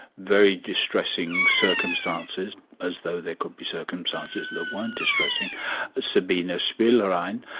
very distressing circumstances as though there could be circumstances that weren't distressing sabina spielrein.